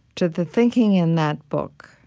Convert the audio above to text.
to the thinking in that book